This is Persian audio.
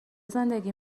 زندگی